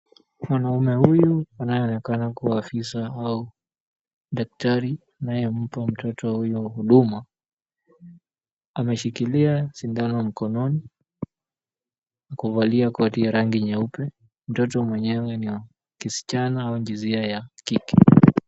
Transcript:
Mwanaume huyu anayeonekana kuwa afisa au daktari anayempa mtoto huyu huduma, ameshikilia shindano mkononi kuvalia koti ya rangi nyeupe. Mtoto mwenyewe ni wa kishana au jinsia ya kike.